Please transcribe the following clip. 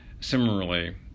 similarly